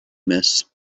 miss